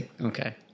Okay